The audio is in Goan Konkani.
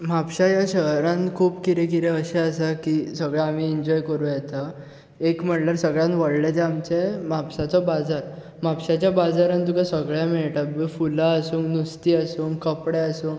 म्हापश्या ह्या शहरांत खूब कितें कितें अशें आसा की सगळे आमी इन्जॉय करूं येता एक म्हणल्यार सगळ्यांत व्हडलें जें आमचें म्हापसाचो बाजार म्हापशाच्या बाजारांत तुका सगळें मेळटा फुलां आसूं नुस्तें आसूं कपडे आसूं